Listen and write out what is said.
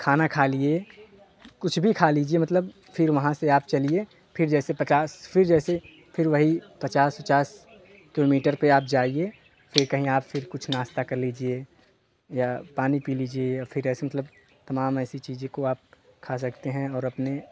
खाना खा लिए कुछ भी खा लीजिए मतलब फ़िर वहाँ से आप चलिए फ़िर जैसे पचास फ़िर जैसे फ़िर वही पचास वचास किलोमीटर पर आप जाइए फ़िर कुछ नाश्ता कर लीजिए या पानी पी लीजिए फ़िर ऐसे मतलब तमाम ऐसी चीज़ को आप खा सकतें हैं और अपने